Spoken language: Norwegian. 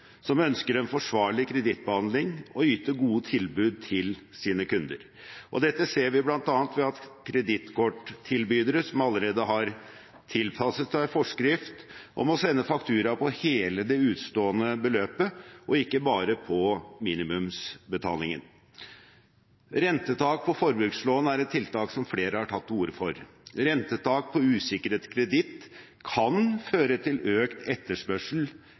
ønsker en forsvarlig kredittbehandling og yter gode tilbud til sine kunder. Dette ser vi bl.a. ved at kredittkorttilbydere allerede har tilpasset seg forskrift om å sende faktura på hele det utestående beløpet og ikke bare på minimumsbetalingen. Rentetak på forbrukslån er et tiltak som flere har tatt til orde for. Rentetak på usikret kreditt kan føre til økt etterspørsel